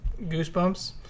goosebumps